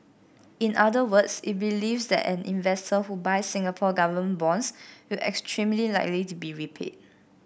in other words it believes that an investor who buys Singapore Government bonds will extremely likely be repaid